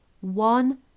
one